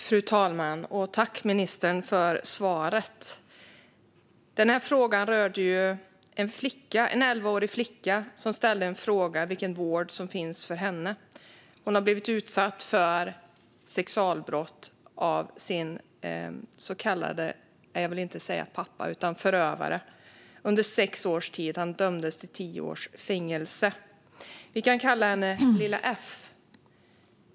Fru talman! Jag tackar ministern för svaret. Min interpellation rörde en elvaårig flicka som ställde frågan vilken vård som finns för henne. Hon har under sex års tid blivit utsatt för sexualbrott av sin så kallade - nej, jag vill inte omnämna honom som pappa. Förövaren dömdes till tio års fängelse. Vi kan kalla henne "Lilla F".